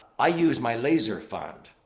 i use my laser fund.